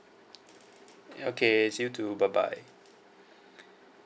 ya okay see you too bye bye